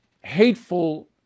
hateful